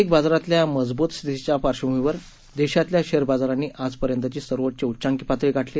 जागतिक बाजारातल्या मजबूत स्थितीच्या पार्श्वभूमीवर देशातल्या शेअर बाजारांनी आजपर्यंतची सर्वोच्च उच्चांकी पातळी गाठली